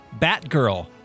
Batgirl